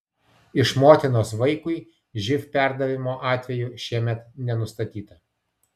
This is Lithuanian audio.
iš motinos vaikui živ perdavimo atvejų šiemet nenustatyta